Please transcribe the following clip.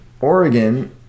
Oregon